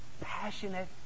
Passionate